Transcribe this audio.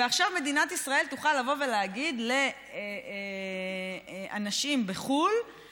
ועכשיו מדינת ישראל תוכל לבוא ולהגיד לאנשים בחו"ל: